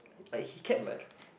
like he kept like